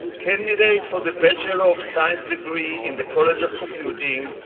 candidates for the bachelor of science degree in the college of computing,